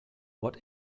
what